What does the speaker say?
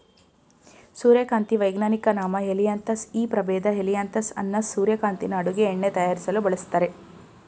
ಸೂರ್ಯಕಾಂತಿ ವೈಜ್ಞಾನಿಕ ನಾಮ ಹೆಲಿಯಾಂತಸ್ ಈ ಪ್ರಭೇದ ಹೆಲಿಯಾಂತಸ್ ಅನ್ನಸ್ ಸೂರ್ಯಕಾಂತಿನ ಅಡುಗೆ ಎಣ್ಣೆ ತಯಾರಿಸಲು ಬಳಸ್ತರೆ